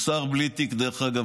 דרך אגב, הוא שר בלי תיק בממשלה.